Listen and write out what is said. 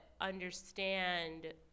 understand